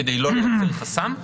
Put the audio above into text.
כדי לא לייצר חסם.